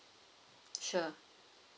sure